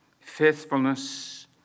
Faithfulness